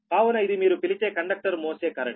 కావున ఇది మీరు పిలిచే కండక్టర్ మోసే కరెంట్